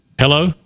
Hello